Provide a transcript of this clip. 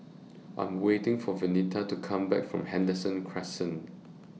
I Am waiting For Venita to Come Back from Henderson Crescent